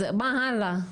אז מה הלאה?